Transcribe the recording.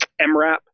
MRAP